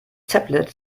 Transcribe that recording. tablet